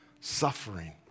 suffering